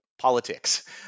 politics